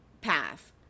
path